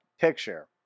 picture